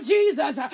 Jesus